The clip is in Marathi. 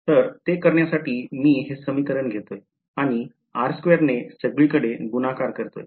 तर ते करण्यासाठी मी हे समीकरण घेतोय आणि r2 ने सगळीकडे गुणाकार करतोय